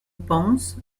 pense